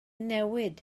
newid